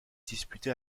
disputé